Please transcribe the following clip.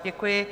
Děkuji.